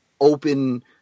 open